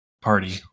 party